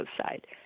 side